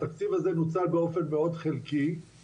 התקציב הזה נוצל באופן מאוד חלקי,